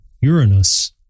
Uranus